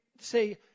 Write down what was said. say